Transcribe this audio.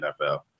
NFL